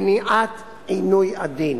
מניעת עינוי הדין.